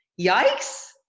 Yikes